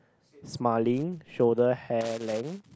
smiling shoulder hair length